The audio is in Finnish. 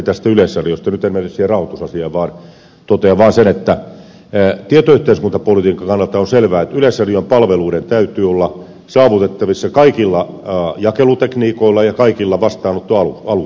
nyt en mene siihen rahoitusasiaan vaan totean vaan sen että tietoyhteiskuntapolitiikan kannalta on selvää että yleisradion palveluiden täytyy olla saavutettavissa kaikilla jakelutekniikoilla ja kaikilla vastaanottoalustoilla